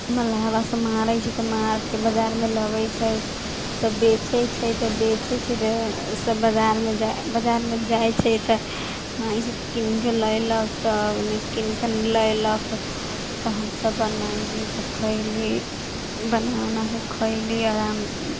मलहबा सब मारै छै तऽ मारिके बाजारमे लबै छै तऽ बेचै छै तऽ बेचै छै तऽ सब बजारमे बजारमे जाइ छै तऽ वहींसँ कीनके लयलक तऽ कीनके लयलक तऽ हमसब बनैली तऽ खयली बना उनाके खयली आराम